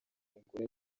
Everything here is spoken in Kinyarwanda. umugore